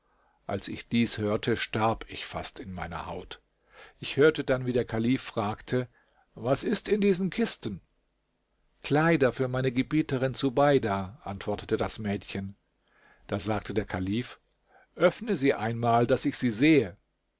als ich dies hörte starb ich fast in meiner haut ich hörte dann wie der kalif fragte was ist in diesen kisten kleider für meine gebieterin zubeida antwortete das mädchen da sagte der kalif öffne sie einmal daß ich sie sehe